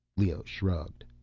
leoh shrugged.